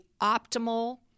optimal